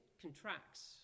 contracts